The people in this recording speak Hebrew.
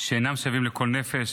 שאינם שווים לכל נפש.